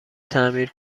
تعمیر